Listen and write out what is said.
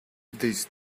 this